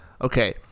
Okay